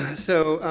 and so,